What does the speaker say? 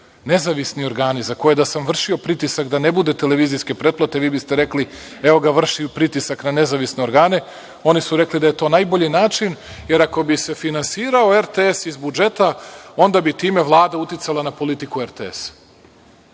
nezavisni organi, za koje da sam vršio pritisak da ne bude televizijske pretplate vi biste rekli – evo ga, vrši pritisak na nezavisne organe, oni su rekli da je to najbolji način, jer ako bi se finansirao RTS iz budžeta onda bi time Vlada uticao na politiku RTS.